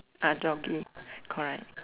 ah doggie correct